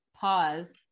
pause